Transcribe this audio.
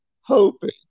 hoping